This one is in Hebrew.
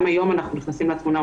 גם היום אנחנו נכנסים לתמונה.